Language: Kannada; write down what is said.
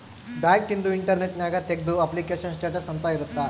ಬ್ಯಾಂಕ್ ಇಂದು ಇಂಟರ್ನೆಟ್ ನ್ಯಾಗ ತೆಗ್ದು ಅಪ್ಲಿಕೇಶನ್ ಸ್ಟೇಟಸ್ ಅಂತ ಇರುತ್ತ